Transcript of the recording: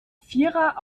vierer